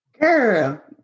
Girl